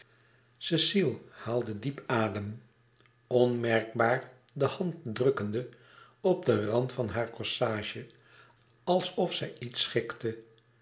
cecile haalde diep adem onmerkbaar de hand drukkende op den rand van haar corsage alsof zij iets schikte